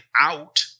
out